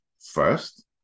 first